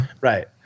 Right